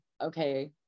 okay